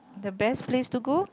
the best place to go